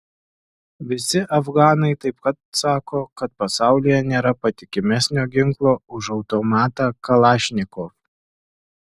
visi afganai taip pat sako kad pasaulyje nėra patikimesnio ginklo už automatą kalašnikov